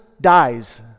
dies